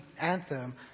anthem